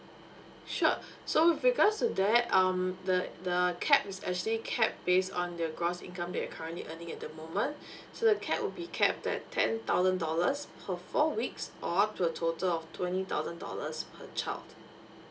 sure so with regards to that um the the cap is actually cap based on your gross income that currently earning at the moment so the cap will be capped at ten thousand dollars per four weeks or to a total of twenty thousand dollars per child